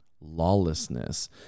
lawlessness